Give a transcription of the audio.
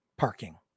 Parking